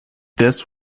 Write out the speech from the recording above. this